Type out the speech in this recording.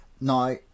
Now